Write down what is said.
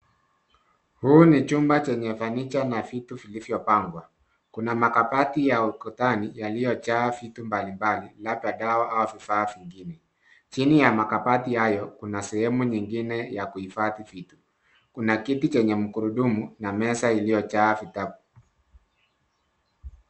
Huu ni chumba chenye funiture na vitu vilivyopangwa. Kuna makabati ya ukutani yaliyojaa vitu mbalimbali labda dawa au vifaa vingine. Chini ya makbati hayo, kuna sehemu nyingine ya kuhifadhi vitu. Kuna kiti chenye mgurudumu na meza iliyojaa vitabu.